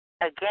again